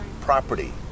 property